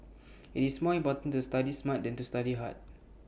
IT is more important to study smart than to study hard